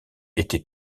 était